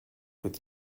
with